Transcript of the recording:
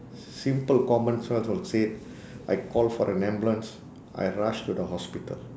simple common sense will said I call for an ambulance I rush to the hospital